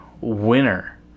winner